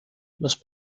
los